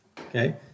Okay